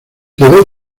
quedó